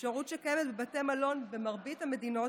אפשרות שקיימת בבתי מלון במרבית המדינות